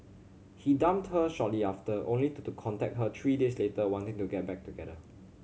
he dumped her shortly after only to the contact her three days later wanting to get back together